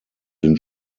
den